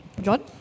John